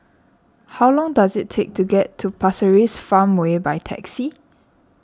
how long does it take to get to Pasir Ris Farmway by taxi